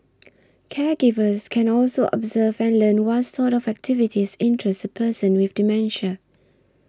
caregivers can also observe and learn what sort of activities interest a person with dementia